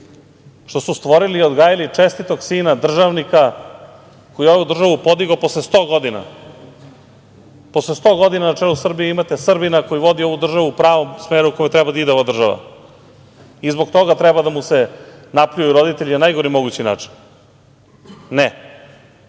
što su stvorili i odgajili čestitog sina, državnika koji je ovu državu podigao posle 100 godina? Posle 100 godina na čelu Srbije imate Srbina koji vodi ovu državu u pravom smeru kojim treba da ide ova država. I zbog toga treba da mu se napljuju roditelji na najgori mogući način? Ne.